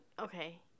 okay